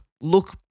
look